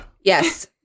Yes